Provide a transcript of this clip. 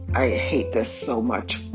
i hate this so much.